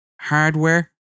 hardware